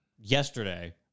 Yesterday